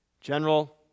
General